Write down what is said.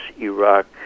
Iraq